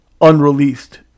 unreleased